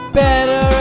better